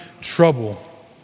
trouble